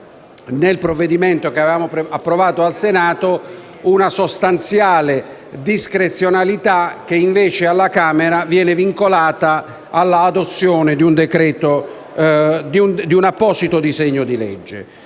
Nel provvedimento che avevamo approvato al Senato noi avevamo previsto una sostanziale discrezionalità, che invece alla Camera viene vincolata all'adozione di un apposito disegno di legge.